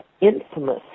infamous